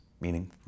meaning